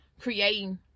creating